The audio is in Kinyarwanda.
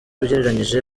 ugereranyije